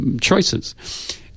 choices